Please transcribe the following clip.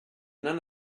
none